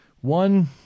one